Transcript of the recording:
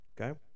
Okay